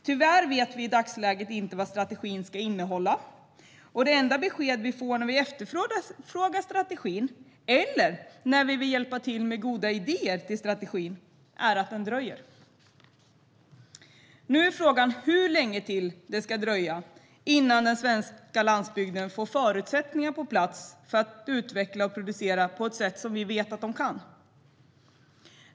Tyvärr vet vi i dagsläget inte vad strategin ska innehålla, och det enda besked vi får när vi efterfrågar strategin eller vill hjälpa till med goda idéer till strategin är att den dröjer. Nu är frågan hur länge till det ska dröja innan svensk landsbygd får förutsättningar på plats för att utvecklas och producera på ett sätt som vi vet att den kan.